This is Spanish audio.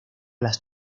las